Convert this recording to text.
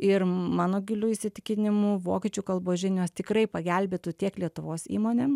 ir mano giliu įsitikinimu vokiečių kalbos žinios tikrai pagelbėtų tiek lietuvos įmonėm